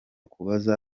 kubaza